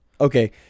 Okay